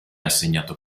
assegnato